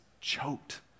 choked